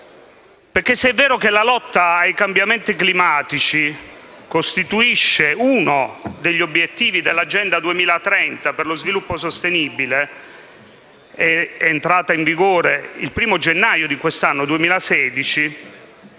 Se è vero che la lotta ai cambiamenti climatici costituisce uno degli obiettivi dell'Agenda 2030 per lo sviluppo sostenibile, entrata in vigore il primo gennaio del 2016,